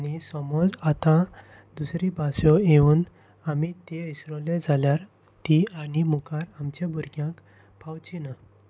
आनी समज आतां दुसरी भासो येवन आमी ते विसरले जाल्यार ती आनी मुखार आमच्या भुरग्यांक पावची ना